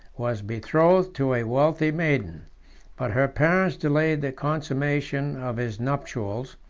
was betrothed to a wealthy maiden but her parents delayed the consummation of his nuptials,